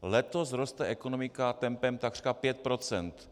Letos roste ekonomika tempem takřka 5 %.